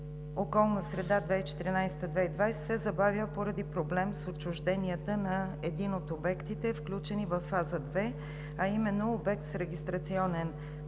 „Околна среда 2014 – 2020“ се забавя поради проблем с отчуждението на един от обектите, включени във фаза 2, а именно на обект с регистрационен номер